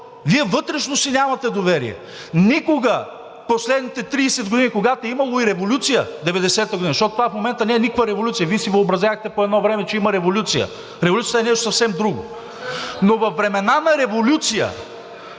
Вие вътрешно си нямате доверие. Никога в последните 30 години, когато е имало и революция през 1990 г., защото това, в момента, не е никаква революция – Вие си въобразявахте по едно време, че има революция. Революцията е нещо съвсем друго. (Реплика от